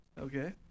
Okay